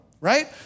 right